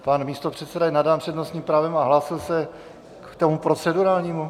Pan místopředseda je nadán přednostním právem a hlásíte se k tomu procedurálnímu?